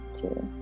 two